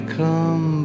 come